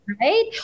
Right